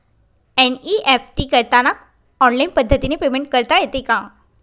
NEFT करताना online पद्धतीने payment करता येते का?